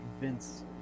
Vince